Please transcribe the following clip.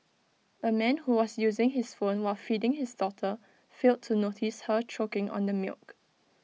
A man who was using his phone while feeding his daughter failed to notice her choking on the milk